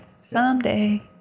someday